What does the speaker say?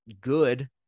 good